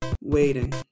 waiting